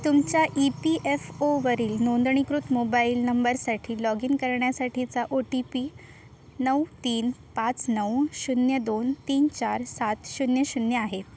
तुमच्या E P F ओवरील नोंदणीकृत मोबाईल नंबरसाठी लॉग इन करण्यासाठीचा ओ टी पी नऊ तीन पाच नऊ शून्य दोन तीन चार सात शून्य शून्य आहे